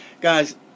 guys